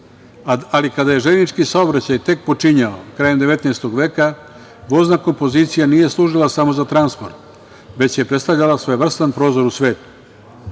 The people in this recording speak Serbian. ali kada je železnički saobraćaj tek počinjao, krajem 19. veka, vozna kompozicija nije služila samo za transport, već je predstavljala svojevrsan prozor u